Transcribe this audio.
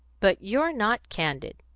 but you're not candid.